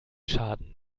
schaden